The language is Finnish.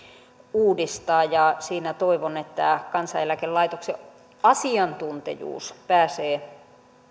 uudistaa ja siinä toivon että kansaneläkelaitoksen asiantuntijuus pääsee